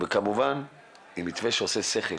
כמובן, עם מתווה שעושה שכל,